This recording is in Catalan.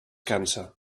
cansa